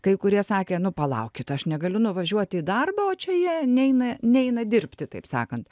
kai kurie sakė nu palaukit aš negaliu nuvažiuoti į darbą o čia jie neina neina dirbti taip sakant